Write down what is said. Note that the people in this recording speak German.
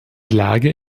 lage